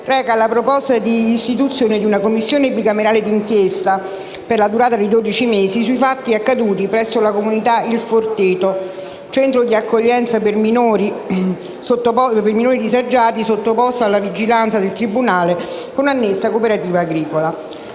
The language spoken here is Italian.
reca la proposta di istituzione di una Commissione bicamerale di inchiesta - per la durata di dodici mesi - sui fatti accaduti presso la comunità Il Forteto, centro di accoglienza per minori disagiati sottoposti alla vigilanza del tribunale, con annessa cooperativa agricola.